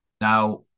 Now